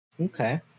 okay